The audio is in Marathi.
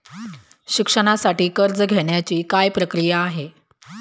शिक्षणासाठी कर्ज घेण्याची काय प्रक्रिया आहे?